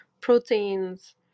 proteins